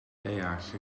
deall